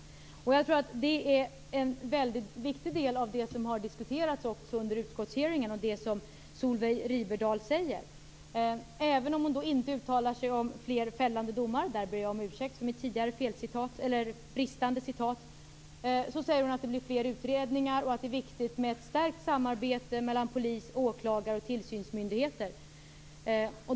Det är en väldigt viktig del i det som har diskuterats under utskottsutfrågningen och i det som Solveig Riberdahl säger. Även om hon inte uttalar sig för fler fällande domar - där ber jag om ursäkt för mitt tidigare bristande citat - säger hon att det blir fler utredningar och att det är viktigt med ett stärkt samarbete mellan polis och åklagare och tillsynsmyndigheten.